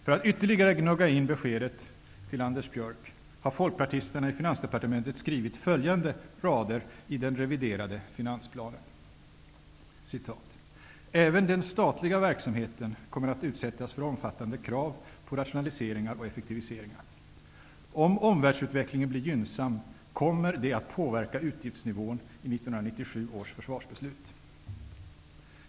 För att ytterligare gnugga in beskedet till Anders Björck har folkpartisterna i Finansdepartementet skrivit följande rader i den reviderade finansplanen: ''Även den statliga verksamheten kommer att utsättas för omfattande krav på rationaliseringar och effektiviseringar. Om omvärldsutvecklingen blir gynnsam kommer det att påverka utgiftsnivån i 1997 års försvarsbeslut.''